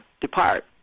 depart